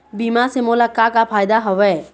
बीमा से मोला का का फायदा हवए?